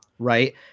right